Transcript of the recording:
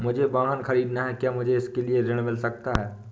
मुझे वाहन ख़रीदना है क्या मुझे इसके लिए ऋण मिल सकता है?